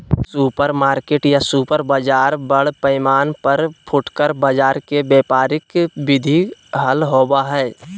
supermarket या super बाजार बड़ पैमाना पर फुटकर बाजार के व्यापारिक विधि हल होबा हई